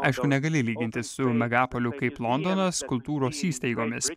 aišku negali lygintis su megapoliu kaip londonas kultūros įstaigomis